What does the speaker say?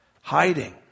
hiding